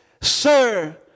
sir